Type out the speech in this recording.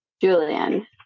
Julian